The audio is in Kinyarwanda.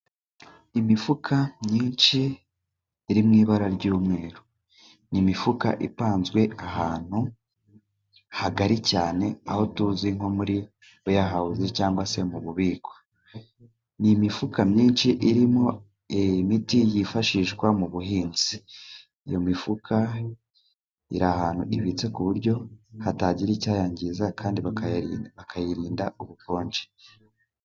Imifuka myinshi irimo ibara ry'umweru, ni imifuka ipanzwe ahantu hagari cyane, aho tuzi nko muri bayahawuzi cyangwa se mu bubiko. Ni imifuka myinshi irimo iyi miti yifashishwa mu buhinzi, iyo mifuka iri ahantu ibitse ku buryo hatagira icyayangiza kandi bakayirinda ubukonje.